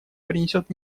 принесет